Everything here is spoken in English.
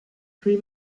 three